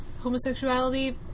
Homosexuality